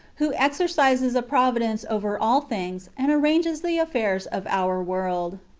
who exercises a providence over all things, and arranges the affairs of our world.